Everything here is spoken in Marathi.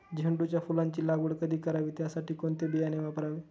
झेंडूच्या फुलांची लागवड कधी करावी? त्यासाठी कोणते बियाणे वापरावे?